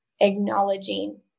acknowledging